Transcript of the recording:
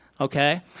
Okay